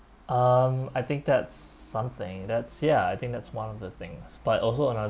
um I think that's something that's ya I think that's one of the things but also